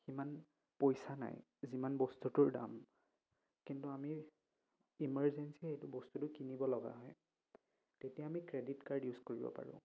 সিমান পইচা নাই যিমান বস্তুটোৰ দাম কিন্তু আমি ইমাৰ্জেঞ্চিয়ে এইটো বস্তুটো কিনিব লগা হয় তেতিয়া আমি ক্ৰেডিট কাৰ্ড ইউজ কৰিব পাৰোঁ